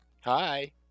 Hi